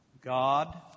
God